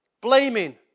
Blaming